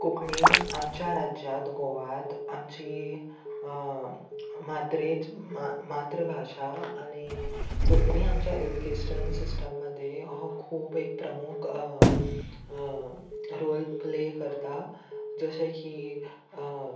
कोंकणी आमच्या राज्यांत गोव्यांत आमची मात्रेच मात्रभाशा आनी कोंकणी आमच्या एड्युकेशन सिस्टम मदे हो खूब एक प्रमुख रोल प्ले करता जशे की